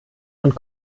und